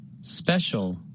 Special